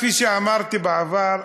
כפי שאמרתי בעבר,